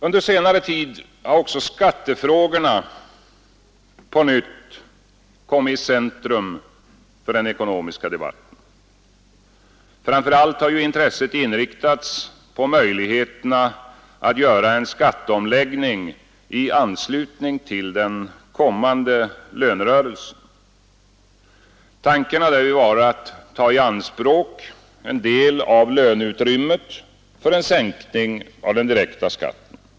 Under senare tid har också skattefrågorna på nytt kommit i centrum för den ekonomiska debatten. Framför allt har ju intresset inriktats på möjligheterna att göra en skatteomläggning i anslutning till den kommande lönerörelsen. Tanken har därvid varit att ta i anspråk en del av löneutrymmet för en sänkning av den direkta skatten.